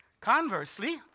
Conversely